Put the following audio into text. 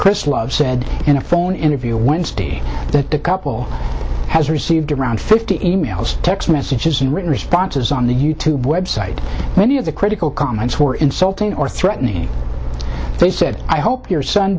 chris love said in a phone interview wednesday that the couple has received around fifty e mails text messages and written responses on the youtube website many of the critical comments were insulting or threatening they said i hope your son